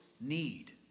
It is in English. need